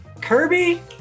Kirby